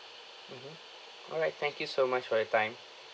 mmhmm alright thank you so much for your time